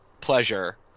pleasure